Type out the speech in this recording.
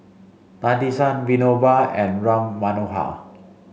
Nadesan Vinoba and Ram Manohar